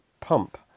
pump